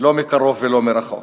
לא מקרוב ולא מרחוק.